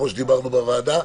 כמו שדיברנו בוועדה.